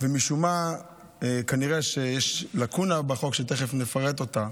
ומשום מה, כנראה יש לקונה בחוק שתכף נפרט אותה.